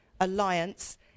alliance